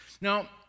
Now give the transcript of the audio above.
Now